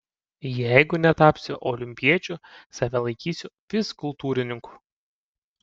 jeigu netapsiu olimpiečiu save laikysiu fizkultūrininku